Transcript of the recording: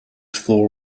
floor